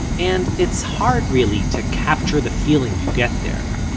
and it's hard, really, to capture the feeling you get there.